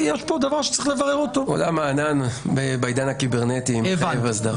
עולם הענן בעידן הקיברנטי מחייב הסדרה,